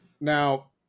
Now